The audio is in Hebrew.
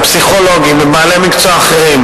פסיכולוגים ובעלי מקצוע אחרים,